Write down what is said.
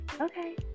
Okay